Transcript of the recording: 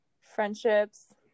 friendships